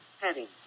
Headings